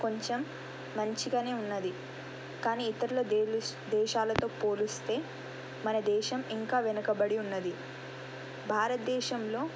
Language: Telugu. కొంచెం మంచిగానే ఉన్నాది కానీ ఇతర దేస్ దేశాలతో పోలిస్తే మన దేశం ఇంకా వెనుకబడి ఉన్నాది భారతదేశంలో